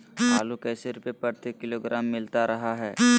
आलू कैसे रुपए प्रति किलोग्राम मिलता रहा है?